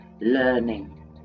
learning